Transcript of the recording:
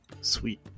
Sweet